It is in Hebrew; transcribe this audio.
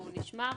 והוא נשמר,